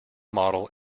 model